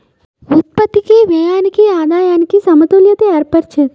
ఉత్పత్తికి వ్యయానికి ఆదాయానికి సమతుల్యత ఏర్పరిచేది